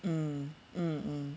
mm mm mm